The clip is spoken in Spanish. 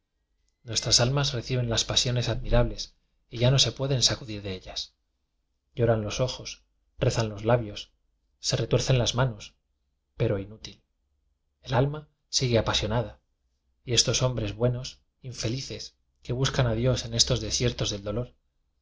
nuestras almas reciben las pasiones admi rables y ya no se pueden sacudir de ellas lloran los ojos rezan los labios se retuer cen las manos pero inútil el alma sigue apasionada y estos hombres buenos infe lices que buscan a dios en estos desiertos del dolor